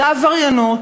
אותה עבריינות.